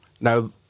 Now